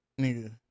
nigga